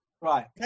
Right